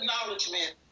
acknowledgement